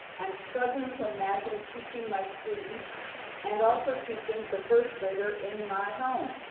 i'm struggling to imagine teaching my students and also teaching the first grader in my home.